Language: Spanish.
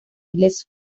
ileso